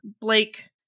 Blake